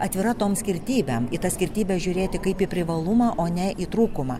atvira tom skirtybėm į tas skirtybes žiūrėti kaip į privalumą o ne į trūkumą